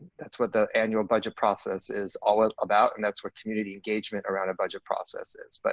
that's what the annual budget process is all ah about and that's what community engagement around a budget process is, but